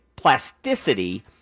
plasticity